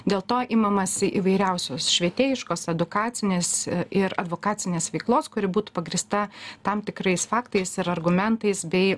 dėl to imamasi įvairiausios švietėjiškos edukacinės ir advokacinės veiklos kuri būtų pagrįsta tam tikrais faktais ir argumentais bei